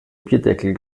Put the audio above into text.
bierdeckel